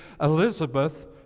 Elizabeth